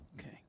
Okay